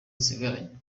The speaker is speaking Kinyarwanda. nsigaranye